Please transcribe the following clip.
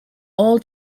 all